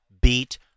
beat